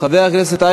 חברי הכנסת,